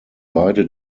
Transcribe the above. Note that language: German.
beide